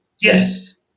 Yes